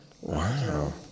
Wow